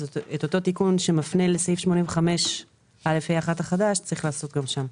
אז אותו תיקון שמפנה לסעיף 85א(ה1) החדש צריך לעשות גם שם.